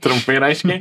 trumpai ir aiškiai